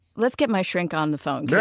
let's get my shrink on the phone. yeah